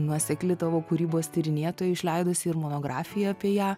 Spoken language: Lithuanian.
nuosekli tavo kūrybos tyrinėtoja išleidusi ir monografiją apie ją